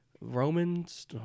Romans